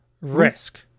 risk